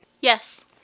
Yes